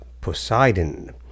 Poseidon